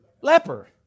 leper